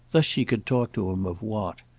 thus she could talk to him of what,